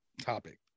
topic